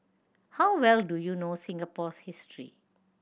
how well do you know Singapore's history